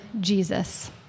Jesus